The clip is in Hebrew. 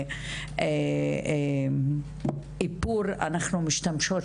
מייק-אפ ואיפור אנחנו משתמשות.